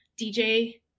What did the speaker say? DJ